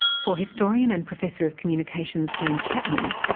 for historian and professor of communications, jane chapman,